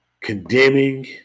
condemning